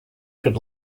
could